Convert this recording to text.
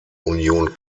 union